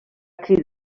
cridar